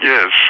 Yes